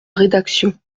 rédaction